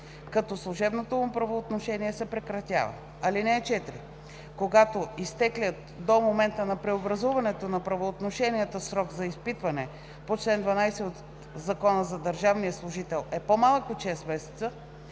като служебното му правоотношение се прекратява. (4) Когато изтеклият до момента на преобразуването на правоотношенията срок за изпитване по чл. 12 от Закона за държавния служител е по-малък от 6 месеца,